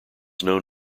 known